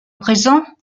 présent